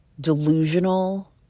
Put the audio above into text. delusional